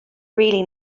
really